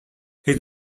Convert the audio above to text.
his